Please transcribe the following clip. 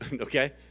Okay